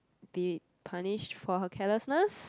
be punished for her carelessness